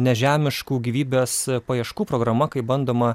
nežemiškų gyvybės paieškų programa kai bandoma